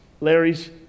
Larry's